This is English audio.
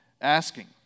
asking